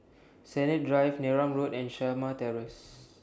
Sennett Drive Neram Road and Shamah Terrace